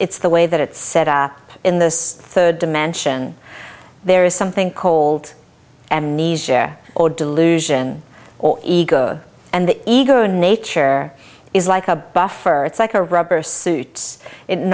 it's the way that it's set up in this third dimension there is something cold amnesia or delusion or ego and the ego in nature is like a buffer it's like a rubber suits